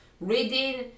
reading